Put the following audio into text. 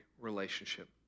relationship